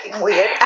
weird